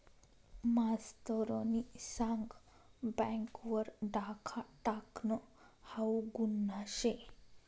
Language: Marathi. मास्तरनी सांग बँक वर डाखा टाकनं हाऊ गुन्हा शे